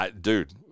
dude